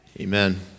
Amen